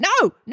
No